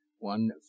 One